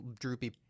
droopy